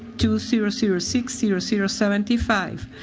to sera sera seek sera sera. seventy five.